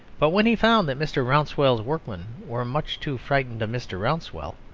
but when he found that mr. rouncewell's workmen were much too frightened of mr. rouncewell,